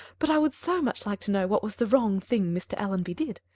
but i would so much like to know what was the wrong thing mr. allonby did.